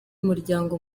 umuryango